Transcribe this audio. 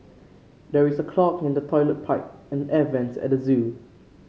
there is a clog in the toilet pipe and the air vents at zoo